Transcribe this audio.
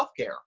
healthcare